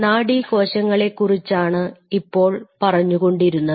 നാഡീകോശങ്ങളെ കുറിച്ചാണ് ഇപ്പോൾ പറഞ്ഞുകൊണ്ടിരുന്നത്